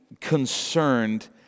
concerned